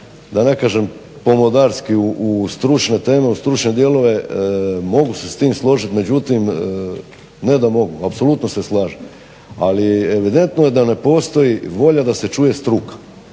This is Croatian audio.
da ne kažem pomodarski u stručne teme, u stručne dijelove. Mogu se s tim složiti. Međutim, ne da mogu apsolutno se slažem ali evidentno je da ne postoji volja da se čuje struka.